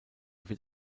wird